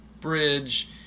bridge